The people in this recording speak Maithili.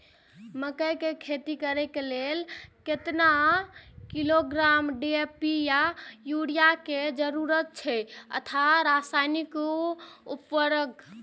मकैय के खेती करे के लेल केतना किलोग्राम डी.ए.पी या युरिया के जरूरत छला अथवा रसायनिक उर्वरक?